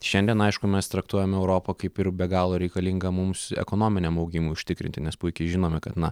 šiandien aišku mes traktuojam europą kaip ir be galo reikalingą mums ekonominiam augimui užtikrinti nes puikiai žinome kad na